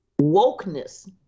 wokeness